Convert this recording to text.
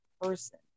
person